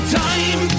time